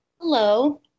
Hello